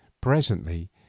Presently